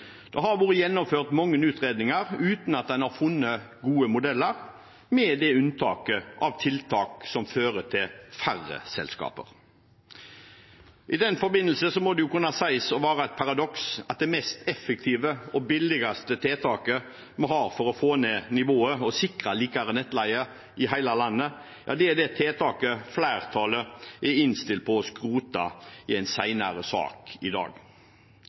Det har vært gjennomført mange utredninger uten at en har funnet gode modeller, med det unntaket av tiltak som fører til færre selskaper. I den forbindelse må det kunne sies å være et paradoks at det mest effektive og billigste tiltaket vi har for å få ned nivået og sikre likere nettleie i hele landet, er det tiltaket flertallet er innstilt på å skrote i en senere sak i dag.